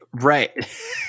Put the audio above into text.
Right